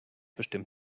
bestimmt